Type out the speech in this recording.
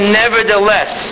nevertheless